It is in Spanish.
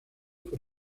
por